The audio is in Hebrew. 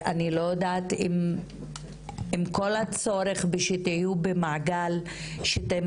אני לא יודעת עם כל הצורך שתהיו במעגל שאתם